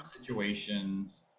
situations